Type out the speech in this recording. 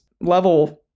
level